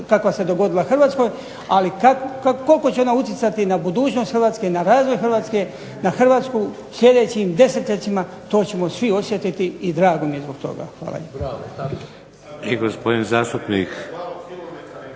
kakva se dogodila HRvatskoj, ali koliko će ona utjecati na budućnost Hrvatske, na razvoj Hrvatske, na Hrvatsku u sljedećim desetljećima, to ćemo svi osjetiti i drago mi je zbog toga. Hvala.